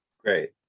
Great